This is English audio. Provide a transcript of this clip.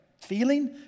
feeling